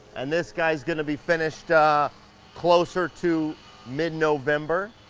and this guy's gonna be finished closer to mid november.